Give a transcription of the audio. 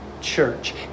church